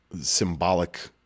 symbolic